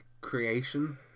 creation